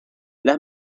las